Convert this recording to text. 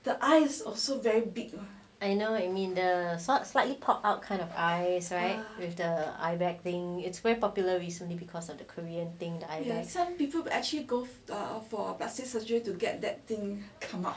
I know what you mean the slightly pop out kind of eye right with the eye bag thing it's very popular recently because of the korean thing with eye bags